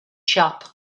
shop